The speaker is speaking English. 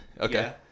okay